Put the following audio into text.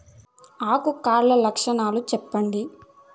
ఆకు కర్ల లక్షణాలు సెప్పండి